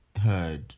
heard